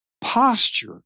posture